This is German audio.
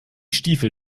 stiefel